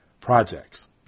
Projects